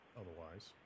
otherwise